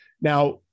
Now